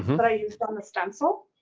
but i used on the stencil.